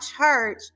church